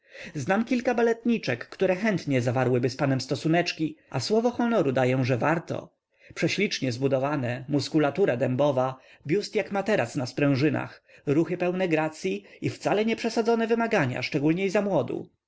znam kilka baletniczek które chętnie zawarłyby z panem stosuneczki a słowo honoru daję że warto prześlicznie zbudowane muskulatura dębowa biust jak materac na sprężynach ruchy pełne gracyi i wcale nieprzesadzone wymagania szczególniej zamłodu